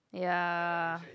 ya